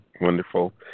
Wonderful